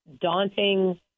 daunting